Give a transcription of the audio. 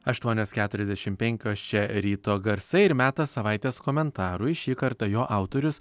aštuonios keturiasdešim penkios čia ryto garsai ir metas savaitės komentarui šį kartą jo autorius